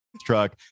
truck